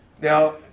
Now